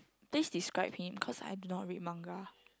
please describe him cause I do not read manga